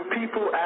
people